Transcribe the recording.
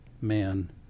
man